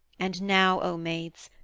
and now, o maids,